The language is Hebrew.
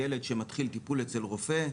ילד שמתחיל טיפול אצל רופא,